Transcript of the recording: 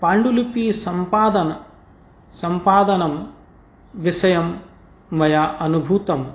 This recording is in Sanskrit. पाण्डुलिपिसम्पादनविषयं मया अनुभूतम्